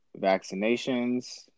vaccinations